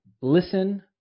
listen